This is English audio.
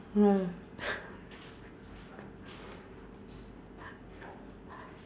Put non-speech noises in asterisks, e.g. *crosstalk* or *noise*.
ya *laughs*